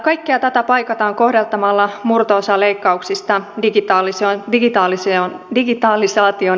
kaikkea tätä paikataan kohdentamalla murto osa leikkauksista digitalisaation edistämiseen